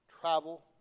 travel